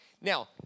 Now